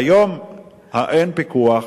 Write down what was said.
היום אין פיקוח.